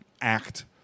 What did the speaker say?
act